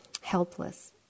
helpless